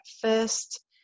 first